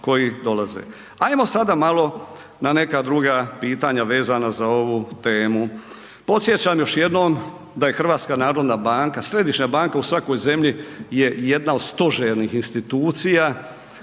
Ajmo sada malo na neka druga pitanja vezano za ovu temu. Podsjećam još jednom da je HNB središnja banka u svakoj zemlji je jedna od stožernih institucija.